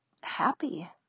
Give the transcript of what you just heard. happy